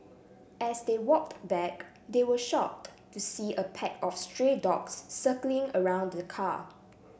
as they walked back they were shocked to see a pack of stray dogs circling around the car